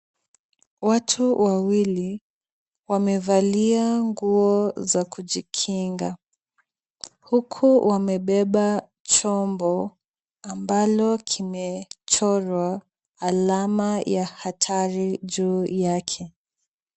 Watu wawili wamevalia nguo za kujikinga huku wamebeba chombo ambalo kimechorwa alama ya hatari juu yake.